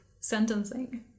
sentencing